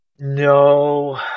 No